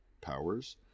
powers